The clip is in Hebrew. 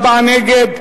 64 נגד,